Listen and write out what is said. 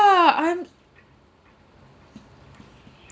yeah I'm